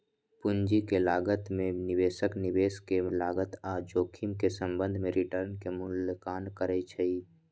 पूंजी के लागत में निवेशक निवेश के लागत आऽ जोखिम के संबंध में रिटर्न के मूल्यांकन करइ छइ